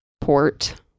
port